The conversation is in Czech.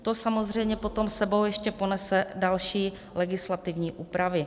To samozřejmě potom s sebou ještě ponese další legislativní úpravy.